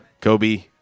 Kobe